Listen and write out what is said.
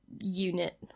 unit